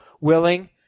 willing